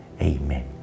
Amen